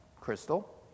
crystal